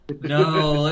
No